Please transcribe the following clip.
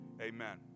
amen